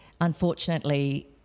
unfortunately